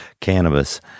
cannabis